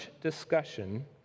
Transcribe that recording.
discussion